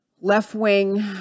left-wing